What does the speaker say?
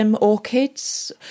orchids